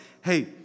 hey